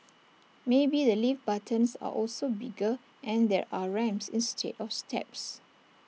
maybe the lift buttons are also bigger and there are ramps instead of steps